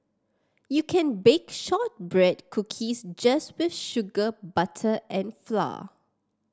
you can bake shortbread cookies just with sugar butter and flour